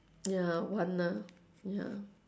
ya one ah ya